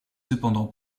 cependant